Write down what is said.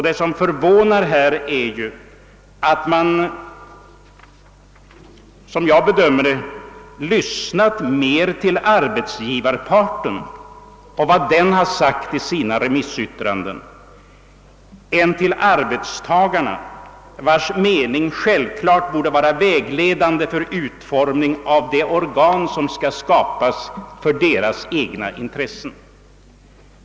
Det som förvånar är att man enligt min mening har lyssnat mer till vad arbetsgivarparten sagt i sina remissyttranden än till arbetstagarna vilkas mening självklart borde vara vägledande vid utformningen av det organ som skall skapas för deras egna intressen.